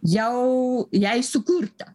jau jai sukurta